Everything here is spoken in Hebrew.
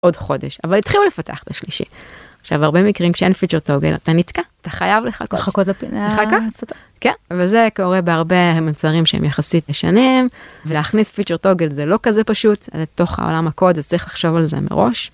עוד חודש אבל התחילו לפתח את השלישי עכשיו הרבה מקרים כשאין פיצ'רטוגל אתה נתקע אתה חייב לחכות לפינה לחכות כן וזה קורה בהרבה מוצרים שהם יחסית לשנים, להכניס פיצ'רטוגל זה לא כזה פשוט זה תוך העולם הקוד צריך לחשוב על זה מראש.